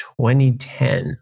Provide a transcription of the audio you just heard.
2010